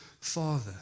father